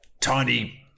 Tiny